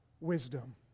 wisdom